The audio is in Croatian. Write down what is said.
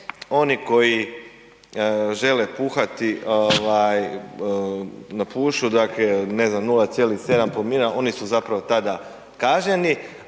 oni koji žele puhati ovaj napušu dakle ne znam 0,7 promila, oni su zapravo tada kažnjeni,